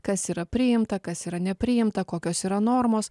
kas yra priimta kas yra nepriimta kokios yra normos